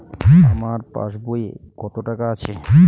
আমার পাসবই এ কত টাকা আছে?